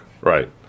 Right